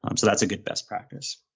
um so that's a good best practice.